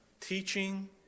teaching